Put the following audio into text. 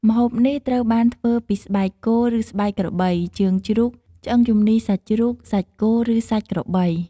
ម្ហូបនេះត្រូវបានធ្វើពីស្បែកគោឬស្បែកក្របី ជើងជ្រូក ឆ្អឹងជំនីសាច់ជ្រូក សាច់គោ ឬសាច់ក្របី។